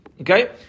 Okay